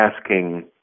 asking